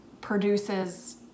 produces